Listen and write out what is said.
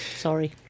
Sorry